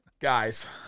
Guys